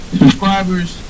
subscribers